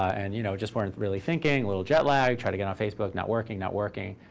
and you know, just weren't really thinking, little jet lag. try to get on facebook, not working, not working.